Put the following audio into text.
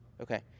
Okay